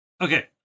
Okay